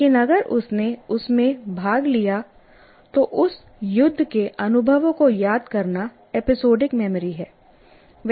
लेकिन अगर उसने उसमें भाग लिया तो उस युद्ध के अनुभवों को याद करना एपिसोडिक मेमोरी है